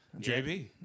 JB